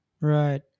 right